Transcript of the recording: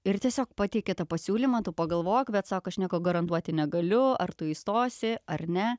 ir tiesiog pateikė tą pasiūlymą tu pagalvok bet sako aš nieko garantuoti negaliu ar tu įstosi ar ne